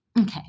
Okay